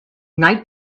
night